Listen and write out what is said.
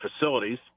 facilities